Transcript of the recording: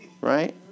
Right